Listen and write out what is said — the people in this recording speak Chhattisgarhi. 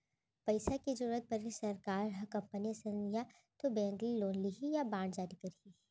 पइसा के जरुरत पड़े सरकार ह कंपनी असन या तो बेंक ले लोन लिही या बांड जारी करही